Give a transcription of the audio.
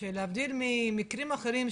שלהבדיל ממקרים אחרים,